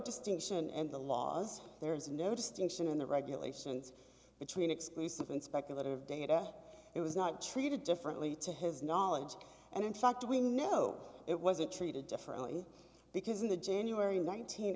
distinction and the laws there is no distinction in the regulations between exclusive and speculative data it was not treated differently to his knowledge and in fact we know it wasn't treated differently because in the january